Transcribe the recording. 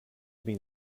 been